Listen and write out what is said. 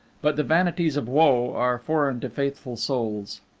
but the vanities of woe are foreign to faithful souls.